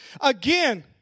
again